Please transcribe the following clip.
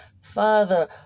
Father